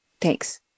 Thanks